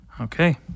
Okay